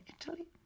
Italy